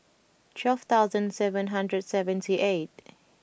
twelve thousand seven hundred seventy eight